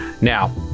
Now